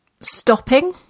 Stopping